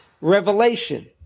revelation